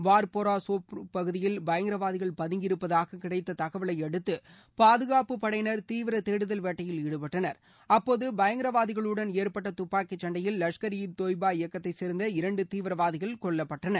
வார்போரா சோபோரே பகுதியில் பயங்கரவாதிகள் பதங்கியிருப்பதாக கிடைத்த தகவலை அடுத்து பாதுகாப்புப் படையினர் தீவிர தேடுதல் வேட்டையில் ஈடுபட்டனர் அப்போது பயங்கரவாதிகளுடன் ஏற்பட்ட துப்பாக்கிச் சண்டையில் லஷ்கர் ஈ தொய்பா இயக்கத்தைச் சேர்ந்த இரண்டு தீவிரவாதிகள் கொல்லப்பட்டனர்